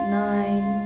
nine